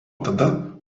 tada